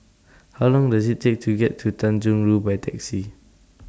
How Long Does IT Take to get to Tanjong Rhu By Taxi